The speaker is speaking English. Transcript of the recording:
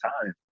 time